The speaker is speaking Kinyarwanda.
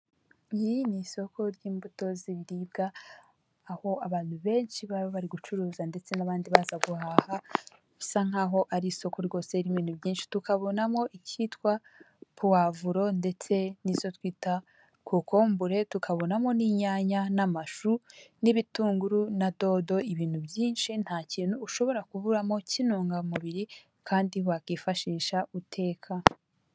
Iri ni isoko ry'imbuto z'ibiribwa aho abantu benshi baba bari gucuruza ndetse n'abandi baza guhaha, bisa nk'aho ari isoko rwose ririmo ibintu byinshi. Tukabonamo icyitwa puwavuro ndetse n'izo twita kokombure, tukabonamo n'inyanya n'amashu n'ibitunguru na dodo. Ibintu byinshi nta kintu ushobora kuburamo cy'intungamubiri kandi wakifashisha uteka.